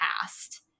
past